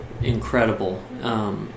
incredible